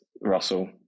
Russell